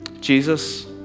Jesus